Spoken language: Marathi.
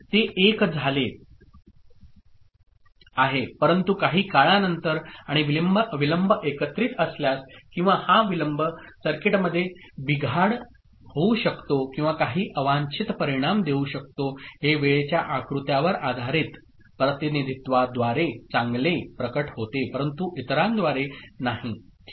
ते 1 झाले आहे परंतु काही काळानंतर आणि विलंब एकत्रीत असल्यास किंवा हा विलंब सर्किटमध्ये बिघाड होऊ शकतो किंवा काही अवांछित परिणाम देऊ शकतो हे वेळेच्या आकृत्यावर आधारित प्रतिनिधित्वाद्वारे चांगले प्रकट होते परंतु इतरांद्वारे नाही ठीक